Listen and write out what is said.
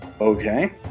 Okay